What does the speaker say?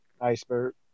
Iceberg